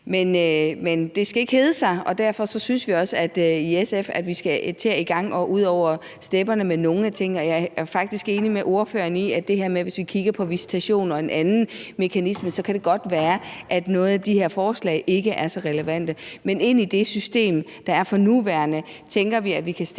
Men det skal ikke hedde sig, og derfor synes vi også i SF, at vi skal til at komme i gang og ud over stepperne med nogle af tingene. Jeg er faktisk enig med ordføreren i, at hvis vi kigger på visitationer – en anden mekanisme – så kan det godt være, at noget i de her forslag ikke er så relevant. Men med det system, der er for nuværende, tænker vi, at vi kan stille